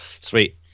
Sweet